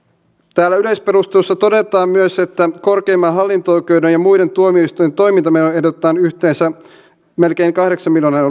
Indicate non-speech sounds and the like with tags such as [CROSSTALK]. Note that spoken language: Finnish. täällä yleisperusteluissa todetaan myös että korkeimman hallinto oikeuden ja muiden tuomioistuinten toimintamenoihin ehdotetaan yhteensä melkein kahdeksan miljoonan [UNINTELLIGIBLE]